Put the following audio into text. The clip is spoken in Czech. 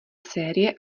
série